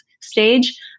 stage